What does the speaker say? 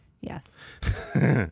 Yes